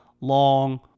long